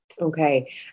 Okay